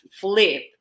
flip